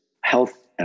health